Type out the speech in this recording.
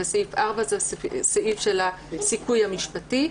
וסעיף 4 הוא הסעיף של הסיכוי המשפטי.